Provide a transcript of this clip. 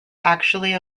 actually